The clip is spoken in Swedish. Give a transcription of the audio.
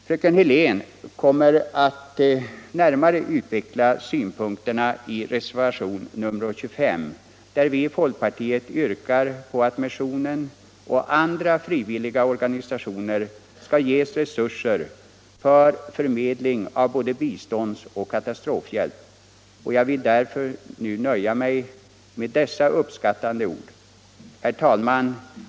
Fröken Hörlén kommer att närmare utveckla synpunkterna i reservationen 25, där vi i folkpartiet yrkar att missionen och andra frivilliga organisationer skall ges resurser för förmedling av både biståndsoch katastrofhjälp, och jag vill därför nu nöja mig med dessa uppskattande ord. Herr talman!